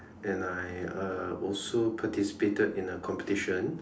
and I uh also participated in a competition